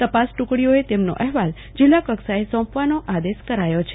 તપાસ ટુકડીઓએ તેમનો અહેવાલ જિલ્લાકક્ષાએ સોંપવાનો આદેશ કરાયો છે